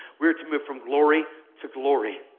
we're to move from glory to glory.